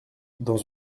dans